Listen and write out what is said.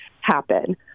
happen